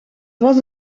was